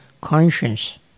conscience